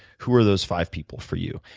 who are those five people for you?